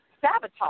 sabotage